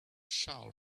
shell